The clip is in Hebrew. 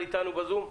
אל על איתנו בזום?